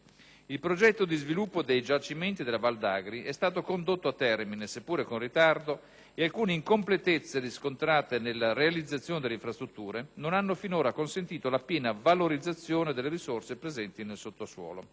Il progetto di sviluppo dei giacimenti della Val d'Agri è stato condotto a termine, seppur con ritardo, ed alcune incompletezze riscontrate nella realizzazione delle infrastrutture non hanno finora consentito la piena valorizzazione delle risorse presenti nel sottosuolo.